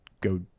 go